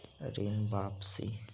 ऋण वापसी?